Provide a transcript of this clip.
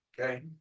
Okay